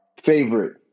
favorite